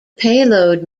payload